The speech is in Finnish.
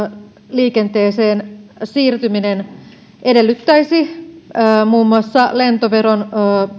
liikenteeseen siirtyminen edellyttäisi muun muassa lentoveron